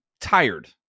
tired